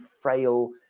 frail